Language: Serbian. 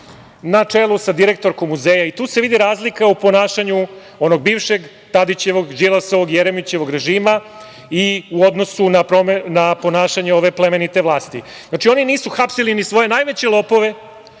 na čelu sa direktorkom muzeja i tu se vidi razlika u ponašanju onog bivšeg Tadićevog, Đilasovog, Jeremićevog režima i u odnosu na ponašanje ove plemenite vlasti. Znači, oni nisu hapsili ni svoje najveće lopove,